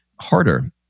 Harder